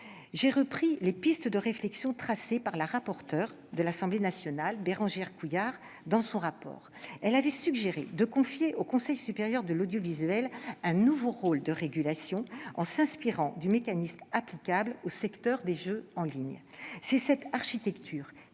J'ai repris les pistes de réflexion tracées par la rapporteure de l'Assemblée nationale, Bérangère Couillard, qui avait suggéré de confier au Conseil supérieur de l'audiovisuel, le CSA, un nouveau rôle de régulation, en s'inspirant du mécanisme applicable au secteur des jeux en ligne. C'est cette architecture